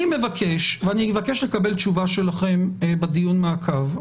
אני מבקש, ואני אבקש לקבל תשובה שלכם בדיון המעקב,